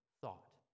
thought